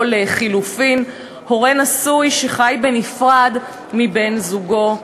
או לחלופין הורה נשוי שחי בנפרד מבן-זוגו,